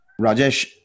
Rajesh